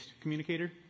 communicator